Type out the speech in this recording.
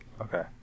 Okay